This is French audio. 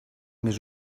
mais